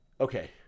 Okay